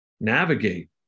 navigate